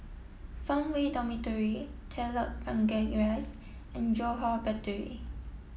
Farmway Dormitory Telok Blangah Rise and Johore Battery